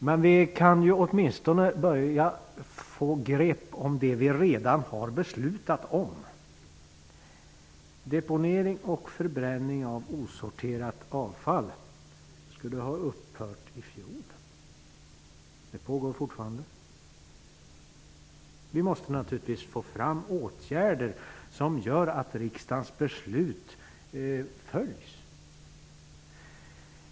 Men vi kan åtminstone börja med att få grepp om det som vi redan har beslutat om. Deponering och förbränning av osorterat avfall skulle ha upphört i fjol men pågår fortfarande. Vi måste naturligtvis få fram åtgärder som gör att riksdagens beslut följs.